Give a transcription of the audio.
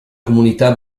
comunità